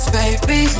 baby